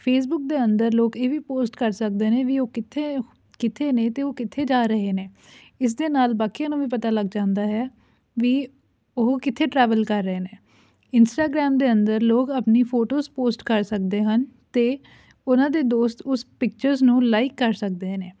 Facebook ਦੇ ਅੰਦਰ ਲੋਕ ਇਹ ਵੀ ਪੋਸਟ ਕਰ ਸਕਦੇ ਨੇ ਵੀ ਉਹ ਕਿੱਥੇ ਕਿੱਥੇ ਨੇ ਅਤੇ ਉਹ ਕਿੱਥੇ ਜਾ ਰਹੇ ਨੇ ਇਸ ਦੇ ਨਾਲ ਬਾਕੀਆਂ ਨੂੰ ਵੀ ਪਤਾ ਲੱਗ ਜਾਂਦਾ ਹੈ ਵੀ ਉਹ ਕਿੱਥੇ ਟਰੈਵਲ ਕਰ ਰਹੇ ਨੇ ਇੰਸਟਾਗਰਾਮ ਦੇ ਅੰਦਰ ਲੋਕ ਆਪਣੀ ਫੋਟੋਸ ਪੋਸਟ ਕਰ ਸਕਦੇ ਹਨ ਅਤੇ ਉਹਨਾਂ ਦੇ ਦੋਸਤ ਉਸ ਪਿਕਚਰਸ ਨੂੰ ਲਾਈਕ ਕਰ ਸਕਦੇ ਨੇ